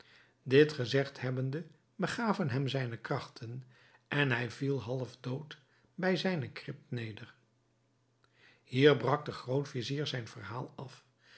dit gezegd hebbende begaven hem zijne krachten en hij viel half dood bij zijne krib neder hier brak de groot-vizier zijn verhaal af